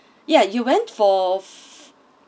yeah you went for